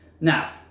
now